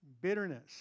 bitterness